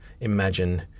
imagine